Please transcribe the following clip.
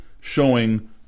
showing